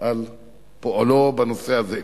על פועלו בנושא הזה.